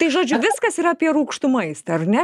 tai žodžiu viskas yra apie rūgštų maistą ar ne